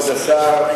כבוד השר,